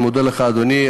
אני מודה לך, אדוני.